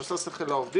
שעושה שכל לעובדים,